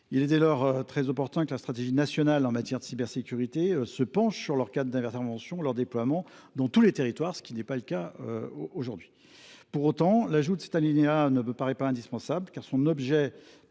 Il est dès lors très opportun que la stratégie nationale en matière de cybersécurité précise leur cadre d’intervention et leur déploiement dans tous les territoires, ce qui n’est pas le cas aujourd’hui. Pour autant, l’ajout de cet alinéa ne me paraît pas indispensable. Cet